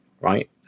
right